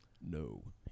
No